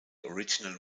original